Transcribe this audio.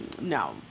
no